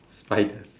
spiders